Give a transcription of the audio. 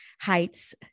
Heights